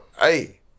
hey